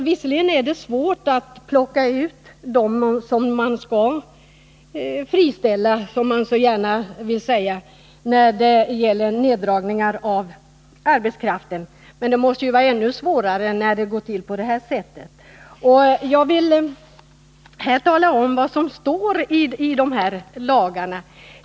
Visserligen är det svårt att plocka ut dem som man skall friställa — som man så gärna vill säga — när indragningar av arbetskraften skall göras, men det måste ju vara ännu svårare när det går till på detta sätt. Jag vill här tala om vad som står i de aktuella lagarna.